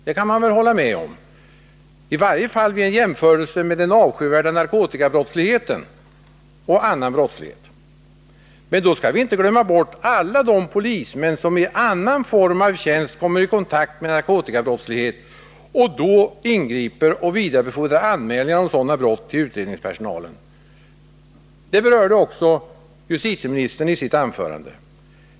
Det blir i varje fall slutsatsen vid en jämförelse mellan den avskyvärda narkotikabrottsligheten och annan brottslighet. Men då skall vi inte glömma bort alla de polismän som i annan form av tjänst kommer i kontakt med narkotikabrottslighet och då ingriper och vidarebefordrar anmälningar av sådana brott till utredningspersonalen. Det berörde också justitieministern i sitt anförande.